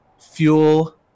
Fuel